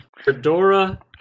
Fedora